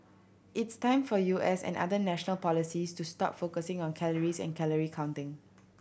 it's time for U S and other national policies to stop focusing on calories and calorie counting